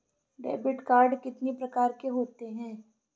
Debit card कितनी प्रकार के होते हैं?